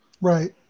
right